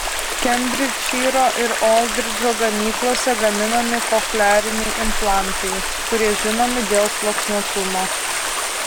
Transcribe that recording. kembridžšyro ir oldridžo gamyklose gaminami kochleariniai implantai kurie žinomi dėl sluoksniuotumo